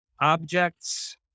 objects